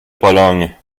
pologne